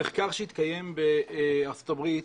במחקר שהתקיים בארצות הברית,